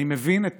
אני מבין את